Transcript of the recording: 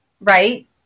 right